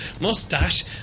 Mustache